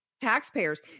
taxpayers